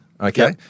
okay